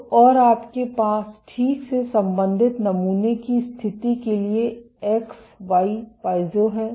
तो और आपके पास ठीक से संबंधित नमूने की स्थिति के लिए एक्स वाई पाइज़ो है